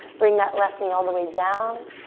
bring that left knee all the way down,